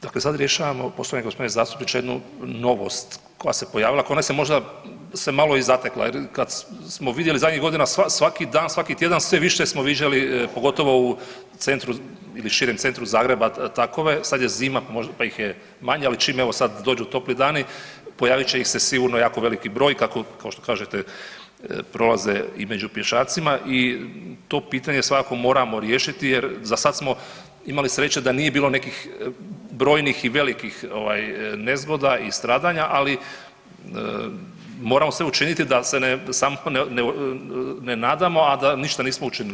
Dakle sad rješavamo, poštovani g. zastupniče, jednu novost koja se pojavila, koja nas je možda se malo i zatekla jer kad smo vidjeli zadnjih godina svaki dan, svaki tjedan sve više smo viđali, pogotovo u centru ili širem centru Zagreba takove, sad je zima pa ih je manje, ali čim evo sad dođu topli dani, pojavit će ih se sigurno jako veliki broj, kako, kao što kažete, prolaze i među pješacima i to pitanje svakako moramo riješiti jer za sad smo imali sreće da nije bilo nekih brojnih i velikih nezgoda i stradanja, ali moramo sve učiniti da se ne, samo ne nadamo, a da ništa nismo učinili.